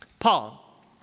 Paul